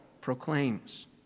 proclaims